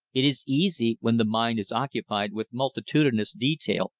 it is easy, when the mind is occupied with multitudinous detail,